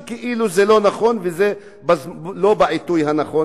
שכאילו זה לא נכון וזה לא בעיתוי הנכון.